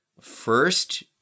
first-